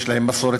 יש להם מסורת,